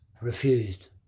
Refused